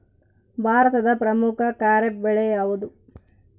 ಭಾರತದ ಪ್ರಮುಖ ಖಾರೇಫ್ ಬೆಳೆ ಯಾವುದು?